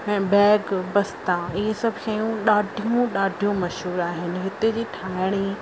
ऐं बैग बस्ता इहे सभु शयूं ॾाढियूं ॾाढियूं मशहूर आहिनि हितेजी ठाहिणी